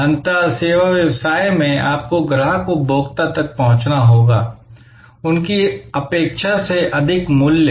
अंततः सेवा व्यवसाय में आपको ग्राहक उपभोक्ता तक पहुँचाना होगा उनकी अपेक्षा से अधिक मूल्य